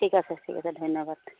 ঠিক আছে ঠিক আছে ধন্যবাদ